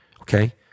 okay